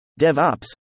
DevOps